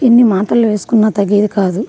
ఎన్ని మాత్రలు వేసుకున్నా తగ్గేది కాదు